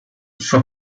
for